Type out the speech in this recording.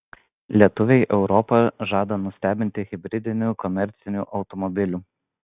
lietuviai europą žada nustebinti hibridiniu komerciniu automobiliu